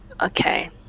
okay